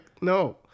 no